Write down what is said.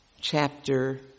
Chapter